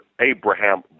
Abraham